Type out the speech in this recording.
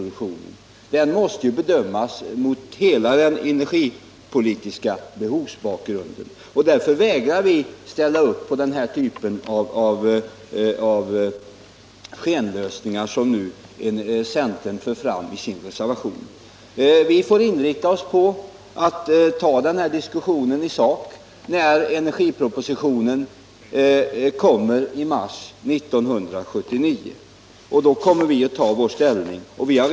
Den måste bedömas mot hela den energipolitiska behovsbakgrunden. Därför vägrar vi att ställa upp på den typ av skenlösning som centern för fram i sin reservation. Vi får inrikta oss på att diskutera detta i sak när energipropositionen läggs fram i mars 1979. Då kommer vi att redovisa vårt ställningstagande. Vi har f.ö.